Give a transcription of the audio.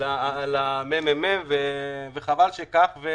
על ה-ממ"מ, וחבל שכך.